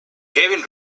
kevin